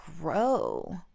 grow